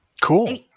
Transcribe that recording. cool